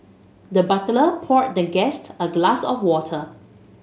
the butler poured the guest a glass of water